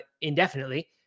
indefinitely